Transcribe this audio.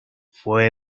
fue